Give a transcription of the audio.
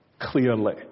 clearly